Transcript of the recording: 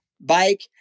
bike